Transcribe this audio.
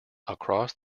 across